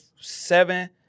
seven